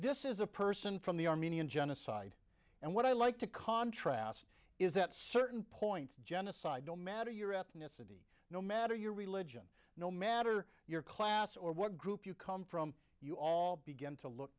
this is a person from the armenian genocide and what i like to contrast is that certain points genocide no matter your ethnicity no matter your religion no matter your class or what group you come from you all begin to look